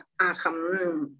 aham